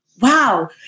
wow